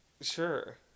Sure